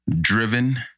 driven